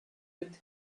with